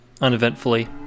uneventfully